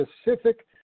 specific